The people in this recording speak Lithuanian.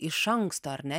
iš anksto ar ne